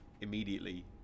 immediately